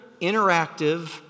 interactive